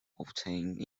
obtained